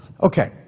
Okay